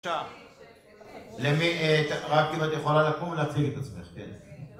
למי, רק אם את יכולה לקרוא ולהציג את עצמך, כן